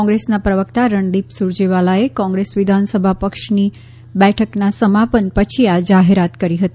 કોંગ્રેસના પ્રવક્તા રણદીપ સુરજેવાલાએ કોંગ્રેસ વિધાનસભા પક્ષની બેઠકના સમાપન પછી આ જાહેરાત કરી હતી